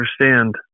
understand